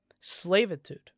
slavitude